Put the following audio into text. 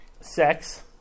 sex